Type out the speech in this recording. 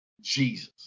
Jesus